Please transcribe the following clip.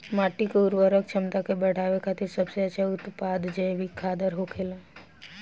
माटी के उर्वरक क्षमता के बड़ावे खातिर सबसे अच्छा उत्पाद जैविक खादर होखेला